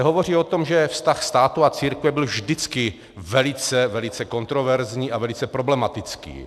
Hovoří se o tom, že vztah státu a církve byl vždycky velice, velice kontroverzní a velice problematický.